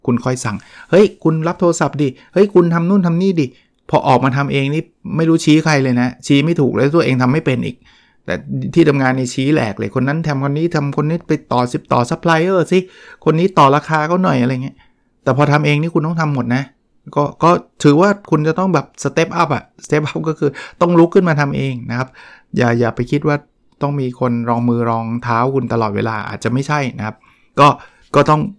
คุณค่อยสั่ง เฮ้ยคุณรับโทรศัพท์ดิ เฮ้ยคุณทำนู่นทำนี่ดิ พอออกมาทำเองนี่ไม่รู้ชี้ใครเลยนะ ชี้ไม่ถูกเลย ตัวเองทำไม่เป็นอีก แต่ที่ทำงานนี่ชี้แหลกเลย คนนั้นทำ คนนี้ทำ คนนี้ไปต่อ 10 ต่อซัพพลายเออร์สิ คนนี้ต่อราคาเขาหน่อย อะไรเงี้ย แต่พอทำเองนี่คุณต้องทำหมดนะ ก็- ก็ถือว่าคุณจะต้องแบบ step up อะ step up ก็คือต้องลุกขึ้นมาทำเองนะครับ อย่า- อย่าไปคิดว่าต้องมีคนรองมือรองเท้าคุณตลอดเวลา อาจจะไม่ใช่นะครับ ก็- ก็ต้อง